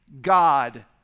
God